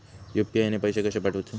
UPI ने पैशे कशे पाठवूचे?